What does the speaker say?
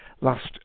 last